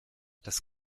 das